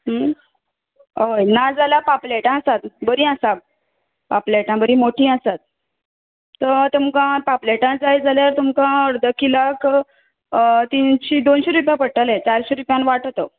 हय ना जाल्यार पापलेटां आसात बरी आसा पापलेटां बरीं मोटी आसात तर तुमकां पापलेटां जाय जाल्यार तुमकां अर्द किलाक तीनशी दोनशीं रुपया पडटलें चारशीं रुपयान वाटो तो